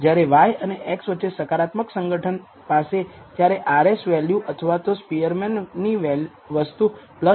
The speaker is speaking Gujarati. જ્યારે y અને x વચ્ચે સકારાત્મક સંગઠન પાસે ત્યારે rs વેલ્યુ અથવા તો સ્પીઅરમેનની વસ્તુ 1 હશે